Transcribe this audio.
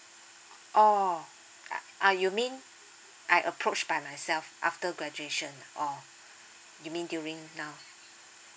oh ah ah you mean I approach by myself after graduation ah or you mean during now